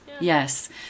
Yes